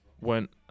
went